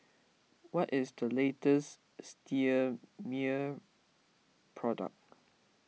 what is the latest Sterimar product